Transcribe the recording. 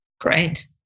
Great